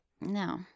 No